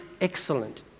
excellent